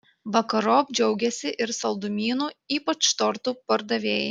vakarop džiaugėsi ir saldumynų ypač tortų pardavėjai